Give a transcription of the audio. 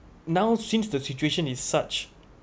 now since the situation is such